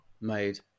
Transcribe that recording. made